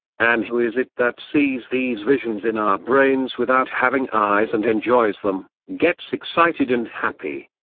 and who is it that sees these visions in our brains without having eyes and enjoys them, gets excited and happy?